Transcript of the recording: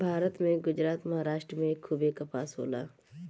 भारत में गुजरात, महाराष्ट्र में खूबे कपास होला